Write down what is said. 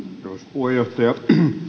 puheenjohtaja